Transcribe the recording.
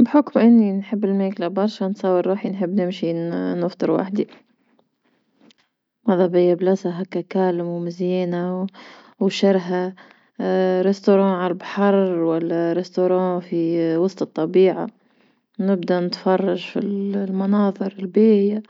بحكم اني نحب الماكلة برشا نصور روحي نحب نمشي نفطر وحدي، مذا بيا بلاصة هاك هادئة مزيانة وشرهة مطعم على البحر ولا مطعم في وسط الطبيعة، نبدا نتفرج في المناظر الباهية